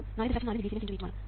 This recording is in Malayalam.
4 മില്ലിസീമൻസ് × V2 ആണ്